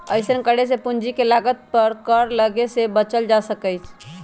अइसन्न करे से पूंजी के लागत पर कर लग्गे से बच्चल जा सकइय